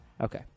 Okay